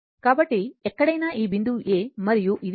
కాబట్టి ఎక్కడైనా ఈ బిందువు A మరియు ఇది L